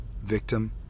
victim